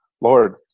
Lord